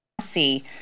See